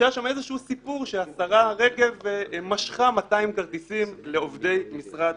שהיה שם איזשהו סיפור שהשרה רגב משכה 200 כרטיסים לעובדי משרד